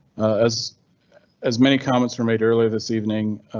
as as many comments were made earlier this evening.